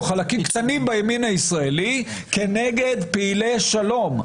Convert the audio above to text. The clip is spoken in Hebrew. או חלקים קטנים בימין הישראלי כנגד פעילי שלום,